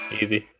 easy